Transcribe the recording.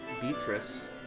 Beatrice